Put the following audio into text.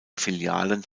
filialen